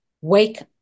wake